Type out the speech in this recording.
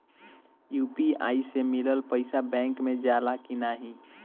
UPI से मिलल पईसा बैंक मे जाला की नाहीं?